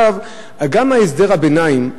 גם הסדר הביניים,